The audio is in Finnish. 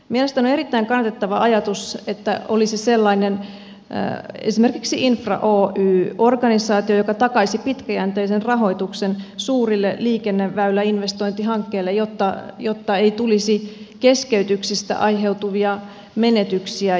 mielestäni on erittäin kannatettava ajatus että olisi sellainen esimerkiksi infra oy organisaatio joka takaisi pitkäjänteisen rahoituksen suurille liikenneväyläinvestointihankkeille jotta ei tulisi keskeytyksistä aiheutuvia menetyksiä